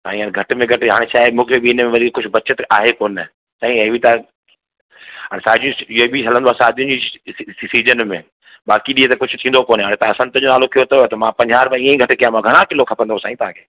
साईं हाणे घटि में घटि हाणे छा आहे मूंखे बि हिनमें बचतु आहे कोन्हे साईं हे बि त साईं हीअं बि हलंदो आहे शादी जी सीज़न में बाक़ी ॾींअं त कुझु थींदो कोन्हे हाणे तव्हां संत जो नालो खंयो अथव मां पंजाह रुपियो ईअं घटि कयो मां घणा किलो खपंदो साईं तव्हांखे